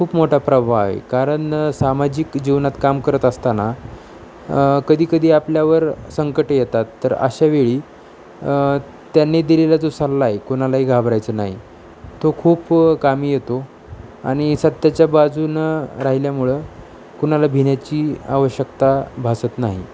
खूप मोठा प्रभाव आहे कारण सामाजिक जीवनात काम करत असताना कधीकधी आपल्यावर संकटं येतात तर अशावेळी त्यांनी दिलेला जो सल्ला आहे कोणालाही घाबरायचं नाही तो खूप कामी येतो आणि सत्याच्या बाजूनं राहिल्यामुळं कुणाला भिण्याची आवश्यकता भासत नाही